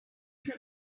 would